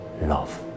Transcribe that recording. love